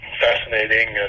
fascinating